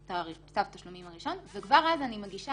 את צו התשלומים הראשון וכבר אז אני מגישה